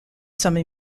some